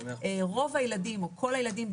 רוב הילדים או כל הילדים,